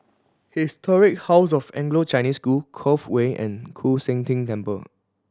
Historic House of Anglo Chinese School Cove Way and Koon Seng Ting Temple